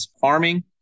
farming